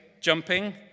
jumping